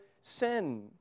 sin